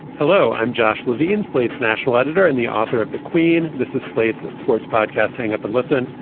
hello, i'm josh levine, slate's national editor and the author of the queen. this is slate's sports podcast, hang up and listen.